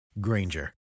Granger